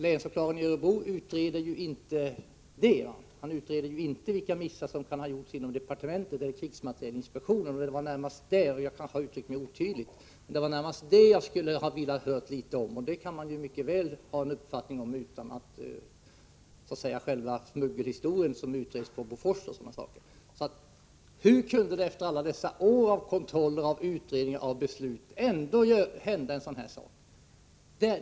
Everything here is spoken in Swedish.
Länsåklagaren i Örebro utreder ju inte vilka missar som kan ha gjorts inom departementet eller krigsmaterielinspektionen, och det var närmast det jag skulle ha velat höra litet om —- men jag kanske har uttryckt mig otydligt. Detta kan man dock mycket väl ha en uppfattning om utan att själva smuggelhistorien när det gäller Bofors och sådana saker har utretts färdigt. Hur kunde, efter alla år av utredningar och beslut, ändå en sådan här sak hända?